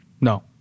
no